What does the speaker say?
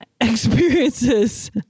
experiences